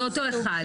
זה אותו אחד.